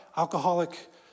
Alcoholic